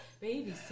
Baby